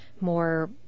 more